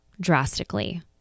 drastically